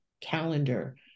calendar